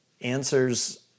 answers